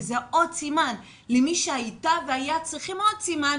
וזה עוד סימן למי שהייתה והיו צריכים עוד סימן,